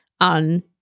on